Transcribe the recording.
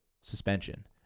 suspension